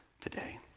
today